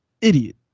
idiot